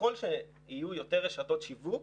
ככל שיהיו יותר רשתות שיווק,